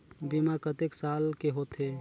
बीमा कतेक साल के होथे?